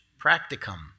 practicum